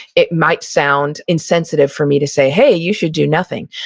it might sound insensitive for me to say, hey, you should do nothing.